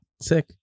Sick